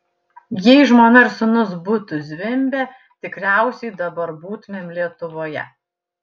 jei žmona ir sūnus būtų zvimbę tikriausiai dabar būtumėm lietuvoje